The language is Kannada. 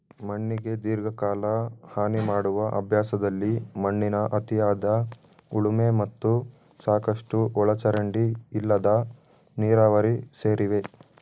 ಮಣ್ಣಿಗೆ ದೀರ್ಘಕಾಲ ಹಾನಿಮಾಡುವ ಅಭ್ಯಾಸದಲ್ಲಿ ಮಣ್ಣಿನ ಅತಿಯಾದ ಉಳುಮೆ ಮತ್ತು ಸಾಕಷ್ಟು ಒಳಚರಂಡಿ ಇಲ್ಲದ ನೀರಾವರಿ ಸೇರಿವೆ